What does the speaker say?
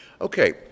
Okay